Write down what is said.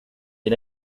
des